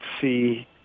see